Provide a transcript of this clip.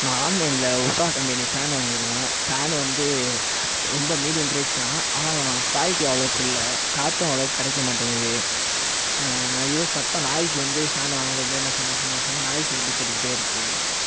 நான் ஆன்லைனில் Usha company fan வாங்கியிருந்தேன் ஃபேன் வந்து ரொம்ப மீடியம் ப்ரைஸ் தான் ஆனால் குவாலிட்டி அவ்ளோக்கு இல்லை காற்றும் அவ்ளோக்கு கிடைக்க மாட்டேங்குது அது ஏதோ சத்தம் நாய்ஸ் வந்து ஃபேன் வாங்கினதுலிருந்தே நச நச நசன்னு நாய்ஸ் வந்து கேட்டுக்கிட்டே இருக்கு